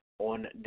on